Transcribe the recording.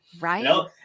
Right